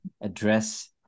address